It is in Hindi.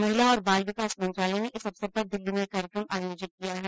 महिला और बाल विकास मंत्रालय ने इस अवसर पर दिल्ली में एक कार्यक्रम आयोजित किया है